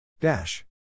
Dash